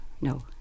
no